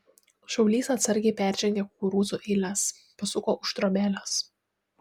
šaulys atsargiai peržengė kukurūzų eiles pasuko už trobelės